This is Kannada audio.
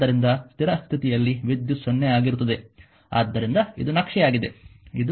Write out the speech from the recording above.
ಆದ್ದರಿಂದ ಸ್ಥಿರ ಸ್ಥಿತಿಯಲ್ಲಿ ವಿದ್ಯುತ್ 0 ಆಗಿರುತ್ತದೆ